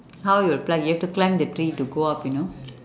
how you will pluck you have to climb the tree to go up you know